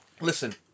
Listen